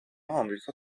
امریکا